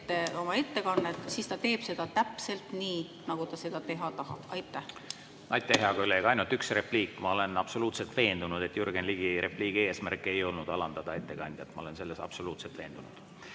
oma ettekannet, siis ta teeb seda täpselt nii, nagu ta seda teha tahab. Aitäh! Hea kolleeg, ainult üks repliik: ma olen absoluutselt veendunud, et Jürgen Ligi repliigi eesmärk ei olnud ettekandjat alandada. Ma olen selles absoluutselt veendunud. Nii,